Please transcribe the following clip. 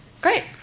great